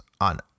on